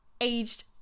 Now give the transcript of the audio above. aged